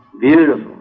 beautiful